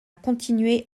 continué